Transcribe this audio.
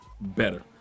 better